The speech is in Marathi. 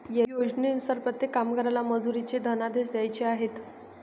योजनेनुसार प्रत्येक कामगाराला मजुरीचे धनादेश द्यायचे आहेत